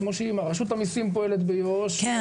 רשות המסים פועלת ביו"ש,